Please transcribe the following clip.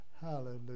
Hallelujah